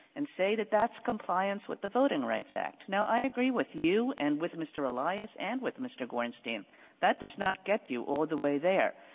and say that that's compliance with the voting rights act. now, i agree with you and with mr. elias and with mr. gornstein that does not get you all the way there.